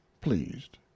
pleased